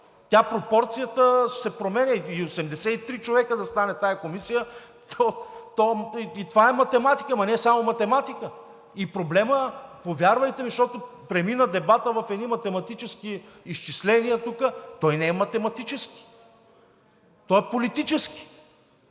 Пропорцията се променя. И 83 човека да стане тази Комисия – това е математика, ама не е само математика! И проблемът, повярвайте ми, защото дебатът премина в едни математически изчисления тук, не е математически, той е политически,